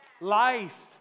life